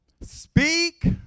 Speak